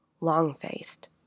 long-faced